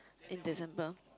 in December